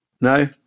no